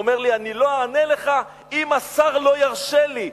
הוא אומר לי: אני לא אענה לך אם השר לא ירשה לי.